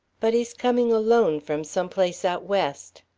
but he's coming alone from some place out west.